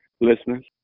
listeners